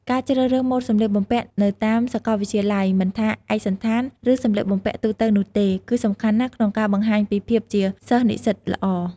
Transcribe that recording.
ការជ្រើសរើសម៉ូដសម្លៀកបំពាក់នៅតាមសាកលវិទ្យាល័យ មិនថាឯកសណ្ឋាន ឬសម្លៀកបំពាក់ទូទៅនោះទេ គឺសំខាន់ណាស់ក្នុងការបង្ហាញពីភាពជាសិស្សនិស្សិតល្អ។